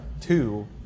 Two